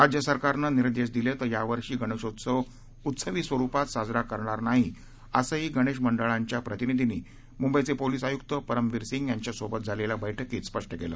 राज्य सरकारनं निर्देश दिले तर यावर्षी गणेशोत्सव उत्सवी स्वरुपात साजरा करणार नाही असंही गणेश मंडळांच्या प्रतिनिधींनी मुंबईचे पोलीस आयुक्त परमवीर सिंग यांच्यासोबत झालेल्या बैठकीत स्पष्ट केलं